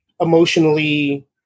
emotionally